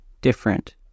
different